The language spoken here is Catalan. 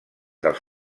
dels